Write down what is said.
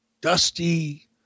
Dusty